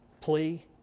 plea